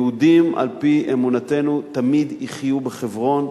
יהודים, על-פי אמונתנו, תמיד יחיו בחברון,